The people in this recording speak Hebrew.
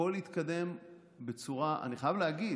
הכול התקדם בצורה, אני חייב להגיד,